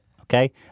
Okay